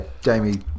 Jamie